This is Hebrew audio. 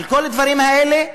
על כל הדברים האלה,